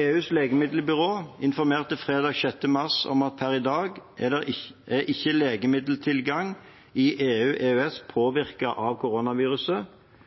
EUs legemiddelbyrå, EMA, informerte fredag 6. mars om at per i dag er ikke legemiddeltilgangen i EU/EØS påvirket av koronaviruset, men tilgang til legemidler er